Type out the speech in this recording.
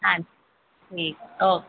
ਹਾਂਜੀ ਠੀਕ ਓਕੇ